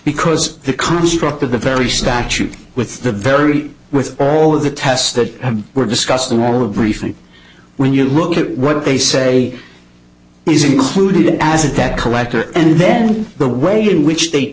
because the construct of the very statute with the very with all of the tests that we're discussing all of briefly when you look at what they say is included as a debt collector and then the way in which they